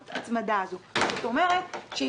לדוגמה,